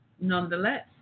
Nonetheless